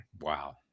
Wow